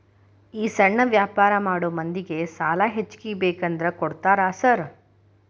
ಈ ಸಣ್ಣ ವ್ಯಾಪಾರ ಮಾಡೋ ಮಂದಿಗೆ ಸಾಲ ಹೆಚ್ಚಿಗಿ ಬೇಕಂದ್ರ ಕೊಡ್ತೇರಾ ಸಾರ್?